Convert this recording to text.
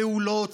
פעולות,